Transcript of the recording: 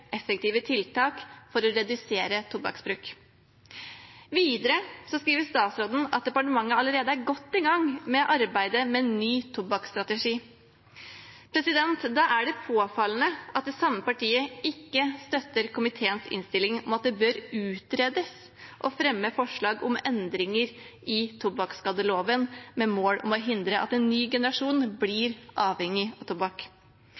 effektive tiltak for å redusere tobakksbruk. Videre skriver statsråden at departementet allerede er godt i gang med arbeidet med ny tobakksstrategi. Da er det påfallende at det samme partiet ikke støtter komiteens innstilling om at det bør utredes å fremme forslag om endringer i tobakksskadeloven, med mål om å hindre at en ny generasjon blir avhengig av tobakk.